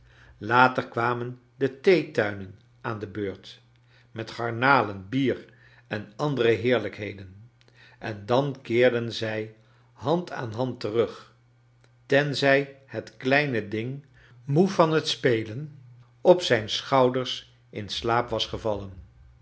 later kwamen de theetuinen aan de beurfc met garnalen bier en andere heerlijkheden en dan keerden zij hand aan hand terug tenzij het kleine ding moe van het spelen op zijn schouder in slaap was gevallen